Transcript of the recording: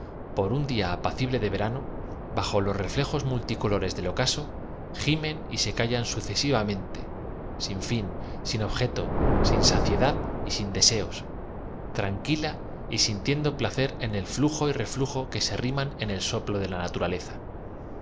por un día apacible de verano bajo lofi refiejos multicolores del ocaso gim en y se callan sucesivamente sin fin sin objeto sin saciedad y sin deseos tranquila y sintiendo placer en el flujo y re flujo que se riman en el soplo de la naturaleza